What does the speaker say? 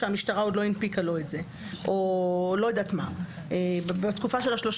שהמשטרה עוד לא הנפיקה לו את זה או בתקופה של ה-30